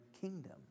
kingdom